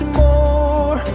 more